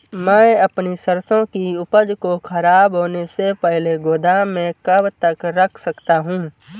मैं अपनी सरसों की उपज को खराब होने से पहले गोदाम में कब तक रख सकता हूँ?